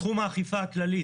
תחום האכיפה הכללית.